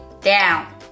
down